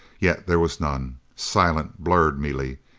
yet there was none. silent, blurred melee,